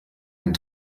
den